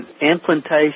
implantation